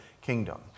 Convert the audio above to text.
kingdom